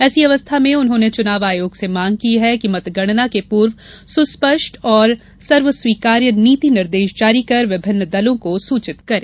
ऐसी अवस्था में उन्होंने चुनाव आयोग से मांग है कि मतगणना के पूर्व सुस्पष्ट एवं सर्वस्वीकार्य नीति निर्देश जारी कर विभिन्न दलों को सूचित करें